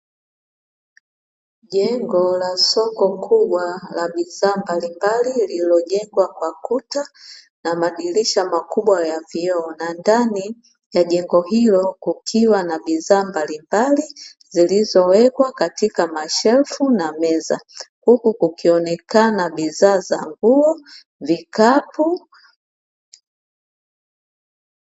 Jengo la soko kubwa la bidhaa mbalimbali lililojengwa kwa kuta na madirisha makubwa ya vioo, na ndani ya jengo hilo kukiwa na bidhaa mbalimbali zilizowekwa katika mashelfu na meza, huku zikionekana bidhaa za nguo na vikapu.